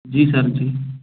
जी sir जी